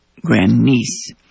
grandniece